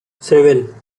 seven